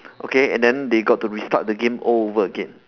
okay and then they got to restart the game all over again